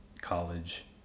college